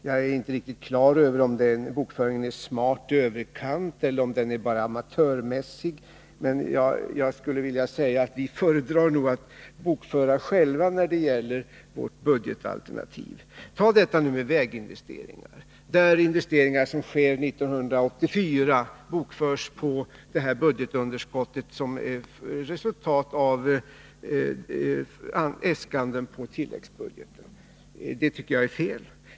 Jag är inte riktigt klar över om regeringens bokföring är smart i överkant eller om den bara är amatörmässig. Men jag skulle vilja säga att vi nog föredrar att bokföra själva när det gäller vårt budgetalternativ. Tag nu detta med väginvesteringar, där investeringar som sker 1984 bokförs på budgetunderskottet som resultat av äskanden på tilläggsbudgeten. Det tycker jag är fel.